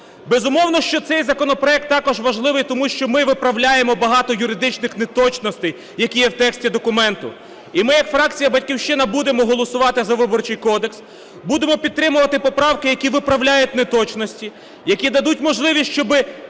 Безумовно, що цей законопроект також важливий, тому що ми виправляємо багато юридичних неточностей, які є в тексті документа. І ми як фракція "Батьківщина" будемо голосувати за Виборчий кодекс, будемо підтримувати поправки, які виправляють неточності, які дадуть можливість, щоб